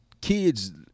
kids